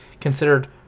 considered